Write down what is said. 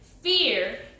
Fear